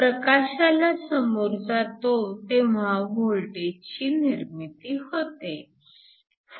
प्रकाशाला समोर जातो तेव्हा वोल्टेजची निर्मिती होते